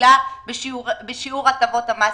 בנפילה בשירות הטבות המס.